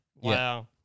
wow